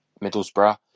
Middlesbrough